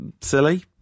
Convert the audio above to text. silly